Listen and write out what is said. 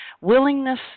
Willingness